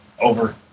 Over